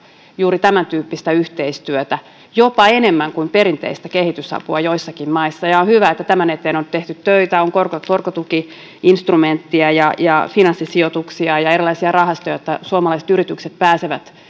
juuri tämäntyyppistä yhteistyötä jopa enemmän kuin perinteistä kehitysapua joissakin maissa ja on hyvä että tämän eteen on tehty töitä on korkotuki instrumenttia ja ja finanssisijoituksia ja erilaisia rahastoja jotta suomalaiset yritykset pääsevät